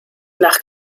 nach